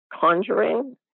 conjuring